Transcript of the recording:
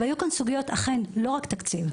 היו כאן סוגיות, וזה אכן לא רק תקציב.